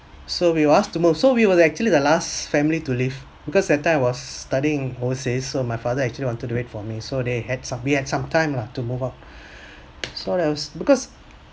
so we were asked to move so we were actually the last family to leave because that time I was studying overseas so my father actually wanted to wait for me so they had some we had some time lah to move out so that was because